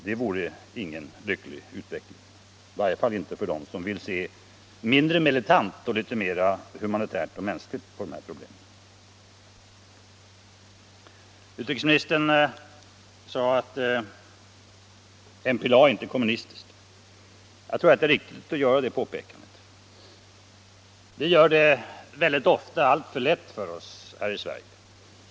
Det vore ingen lycklig utveckling, i varje fall inte för dem som vill se mindre militant och mera humanitärt på dessa problem. Utrikesministern sade att MPLA inte är kommunistiskt. Jag tror att det är ett riktigt påpekande. Vi gör det ofta alltför lätt för oss här i Sverige.